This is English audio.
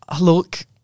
Look